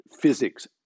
physics